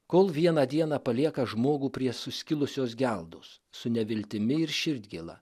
kol vieną dieną palieka žmogų prie suskilusios geldos su neviltimi ir širdgėla